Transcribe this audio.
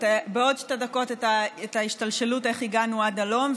בעוד שתי דקות את ההשתלשלות של איך הגענו עד הלום,